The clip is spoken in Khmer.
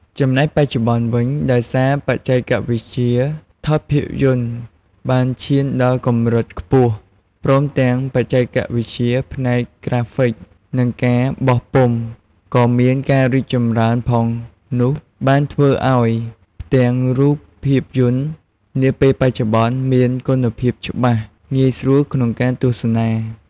ចំណែកបច្ចុប្បន្នវិញ ដោយសារបច្ចេកវិទ្យាថតភាពយន្តបានឈានដល់កម្រិតខ្ពស់ព្រមទាំងបច្ចេកវិទ្យាផ្នែកក្រាហ្វិក និងការបោះពុម្ពក៏មានការរីកចម្រើនផងនោះបានធ្វើអោយ ផ្ទាំងរូបភាពយន្តនាពេលបច្ចុប្បន្នមាន គុណភាពច្បាស់ងាយស្រួលក្នុងការទស្សនា ។